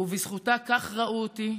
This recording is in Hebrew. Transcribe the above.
ובזכותה כך ראו אותי,